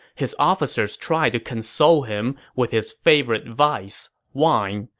his officers tried to console him with his favorite vice wine.